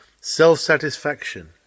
Self-satisfaction